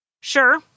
Sure